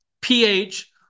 pH